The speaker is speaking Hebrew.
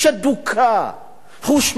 בגלל היותו עם יהודי.